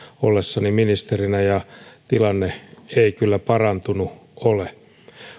ollessani ministerinä ja tilanne ei kyllä parantunut ole